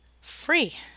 free